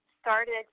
started